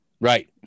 Right